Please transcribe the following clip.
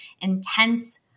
intense